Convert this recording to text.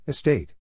Estate